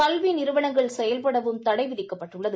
கல்வி நிறுவனங்கள் செயல்படவும் தடை விதிக்கப்பட்டுள்ளது